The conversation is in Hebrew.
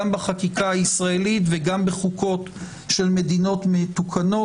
גם בחקיקה הישראלית וגם בחוקות של מדינות מתוקנות.